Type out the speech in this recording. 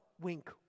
Wink